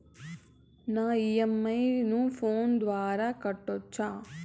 నా ఇ.ఎం.ఐ ను ఫోను ద్వారా కట్టొచ్చా?